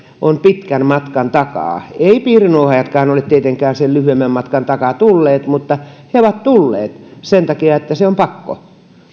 on pitkän matkan takaa eivät piirinuohoojatkaan ole tietenkään sen lyhyemmän matkan takaa tulleet mutta he ovat tulleet sen takia että se on pakko